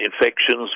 infections